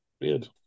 Weird